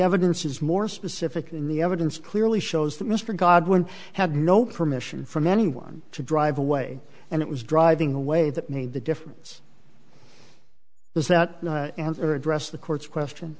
evidence is more specific in the evidence clearly shows that mr godwin had no permission from anyone to drive away and it was driving away that made the difference is that answer addressed the court's question